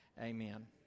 Amen